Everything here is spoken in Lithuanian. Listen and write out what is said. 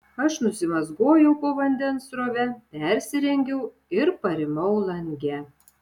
aš nusimazgojau po vandens srove persirengiau ir parimau lange